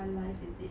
mm